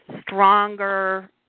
stronger